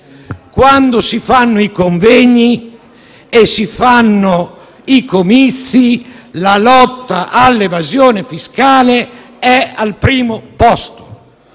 Quando si fanno i convegni e i comizi, la lotta all'evasione fiscale è al primo posto